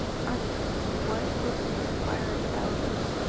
arthur, what requirest thou of me,